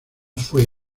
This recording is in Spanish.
fue